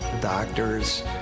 doctors